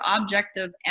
objective